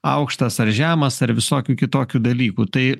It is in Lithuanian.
aukštas ar žemas ar visokių kitokių dalykų tai